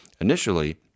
initially